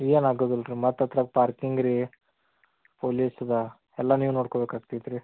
ಏನು ಆಗೋದಿಲ್ಲ ರೀ ಮತ್ತು ಅದ್ರಾಗ ಪಾರ್ಕಿಂಗ್ ರೀ ಪೋಲಿಸದ ಎಲ್ಲ ನೀವು ನೋಡ್ಕೊಬೇಕು ಆಗ್ತೈತಿ ರೀ